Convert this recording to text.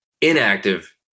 inactive